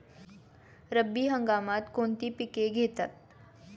रब्बी हंगामात कोणती पिके घेतात?